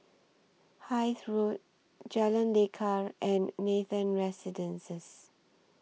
Hythe Road Jalan Lekar and Nathan Residences